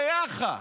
ליאח"ה.